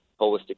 holistic